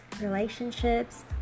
relationships